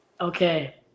Okay